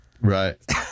Right